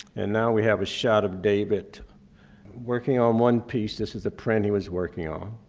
and now we have a shot of david working on one piece. this is a print he was working on,